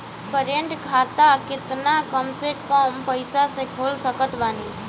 Current खाता केतना कम से कम पईसा से खोल सकत बानी?